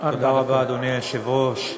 תודה רבה, אדוני היושב-ראש.